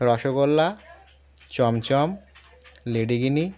rasgulla chamcham ledikeni